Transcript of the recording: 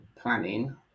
planning